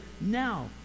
now